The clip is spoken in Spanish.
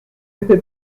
este